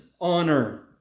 honor